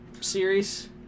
series